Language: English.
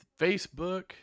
facebook